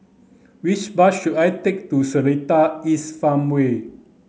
which bus should I take to Seletar East Farmway